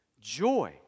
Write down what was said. Joy